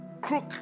crook